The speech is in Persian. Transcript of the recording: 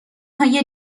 های